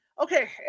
Okay